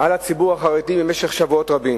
על הציבור החרדי, במשך שבועות רבים.